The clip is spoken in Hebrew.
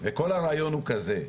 וכל הרעיון הוא כזה,